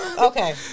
Okay